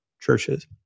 churches